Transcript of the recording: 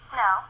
no